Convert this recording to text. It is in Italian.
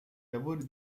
lavori